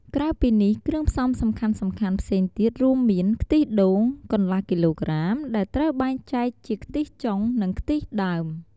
ក្រៅពីនេះ គ្រឿងផ្សំសំខាន់ៗផ្សេងទៀតរួមមាន ខ្ទិះដូង កន្លះគីឡូក្រាម ដែលត្រូវបែងចែកជាខ្ទិះចុង និងខ្ទិះដើម។